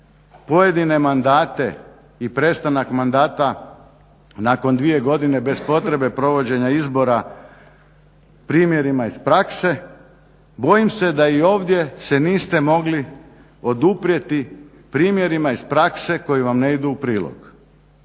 pojedine mandate i prestanak mandata nakon 2 godine bez potrebe provođenja izbora primjerima iz prakse, bojim se da i ovdje se niste mogli oduprijeti primjerima iz prakse koji vam ne idu u prilog,